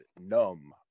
numb